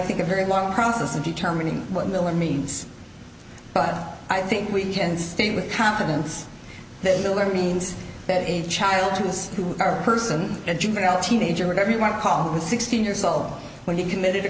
think a very long process of determining what miller means but i think we can state with confidence that miller means that a child who has who are person a juvenile teenager everyone call the sixteen years old when he committed a